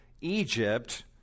Egypt